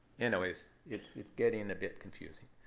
and always, it's it's getting a bit confusing.